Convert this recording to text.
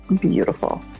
beautiful